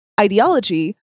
ideology